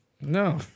No